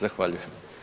Zahvaljujem